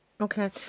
Okay